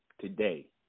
today